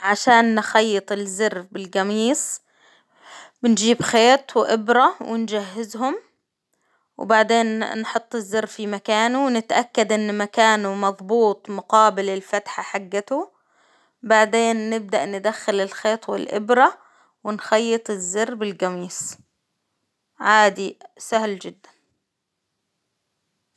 عشان نخيط الزر بالقميص، بنجيب خيط وإبرة ونجهزهم، وبعدين ن- نحط الزر في مكانه ونتأكد إن مكانه مظبوط مقابل الفتحة حقته، بعدين نبدأ ندخل الخيط والإبرة. ونخيط الزر بالقميص عادي سهل جدا.